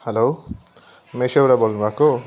hello मेसोबाट बोल्नु भएको